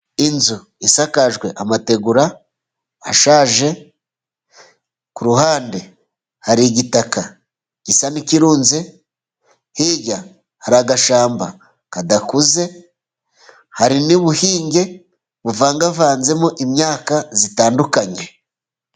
Inzu isakajwe amategura ashaje ku ruhande hari igitaka gisa n'ikirunze; hirya hari agashyamba kadakuze, hari n'ubuhinge buvangavanzemo imyaka itandukanye.